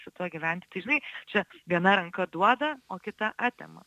su tuo gyventi tai žinai čia viena ranka duoda o kita atima